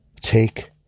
take